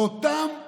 באותם בקבוקים,